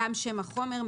גם שם החומר,